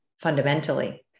fundamentally